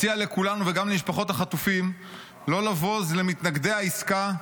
מציע לכולנו וגם למשפחות החטופים לא לבוז למתנגדי העסקה,